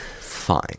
fine